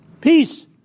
Peace